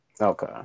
okay